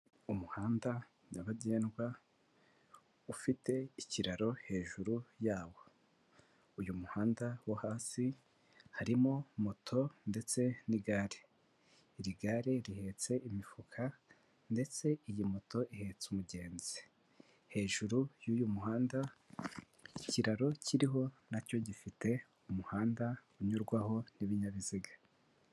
Umuhanda nyabagendwa, ufite ikiraro hejuru yawo, uyu muhanda wo hasi harimo moto ndetse n'igare, iri gare rihetse imifuka ndetse iyi moto ihetse umugenzi, hejuru y'uyu muhanda, icyo kiraro kiriho nacyo gifite umuhanda unyurwaho n'ibinyabiziga.